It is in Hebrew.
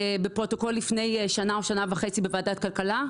לפני שנה או שנה וחצי בוועדת כלכלה.